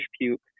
puke